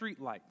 streetlights